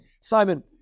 Simon